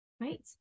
Right